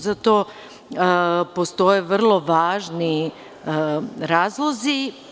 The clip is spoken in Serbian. Za to postoje vrlo važni razlozi.